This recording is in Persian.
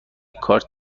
کارت